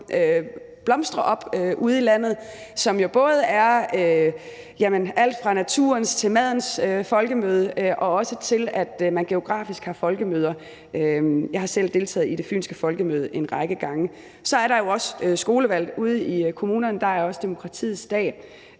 blomstrer ude i landet, og som både er alt fra naturens til madens folkemøder, og man har også folkemøder med geografisk tema. Jeg har selv deltaget i det fynske folkemøde en række gange. Så er der jo også skolevalg ude i kommunerne. Der er også demokratiets dag